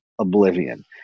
oblivion